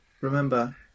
remember